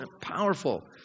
powerful